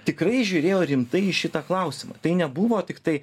tikrai žiūrėjo rimtai į šitą klausimą tai nebuvo tiktai